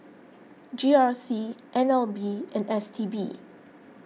G R C N L B and S T B